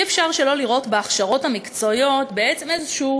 אי-אפשר שלא לראות בהכשרות המקצועיות בעצם איזשהו